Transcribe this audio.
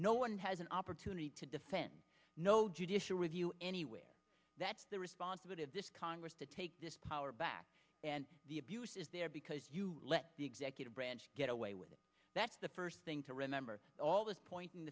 no one has an opportunity to defend no judicial review anywhere that's the response of this congress to take this power back and the abuse is there because you let the executive branch get away with it that's the first thing to remember all that pointin